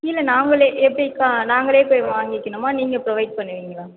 கீழே நாங்களே எப்படி நாங்களே போய் வாங்கிக்கணுமா நீங்கள் ப்ரொவைட் பண்ணுவீங்களா